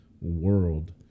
world